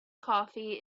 coffee